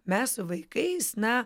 mes su vaikais na